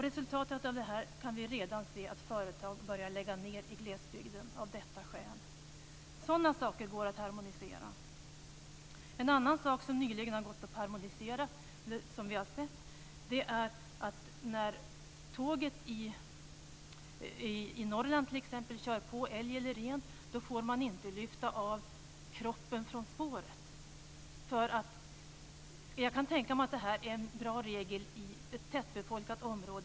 Resultatet av detta kan vi redan se - företag i glesbygden börjar läggas ned av detta skäl. Sådana saker går att harmonisera. En annan sak som nyligen har gått att harmonisera och som vi har sett gäller att när t.ex. tåget i Norrland kör på älg eller ren får man inte lyfta bort kroppen från spåret. Jag kan tänka mig att detta är en bra regel i ett tättbefolkat område.